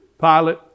Pilate